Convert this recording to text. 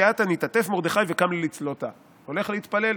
שעתא נתעטף מרדכי וקם ליה לצלותא" הולך להתפלל,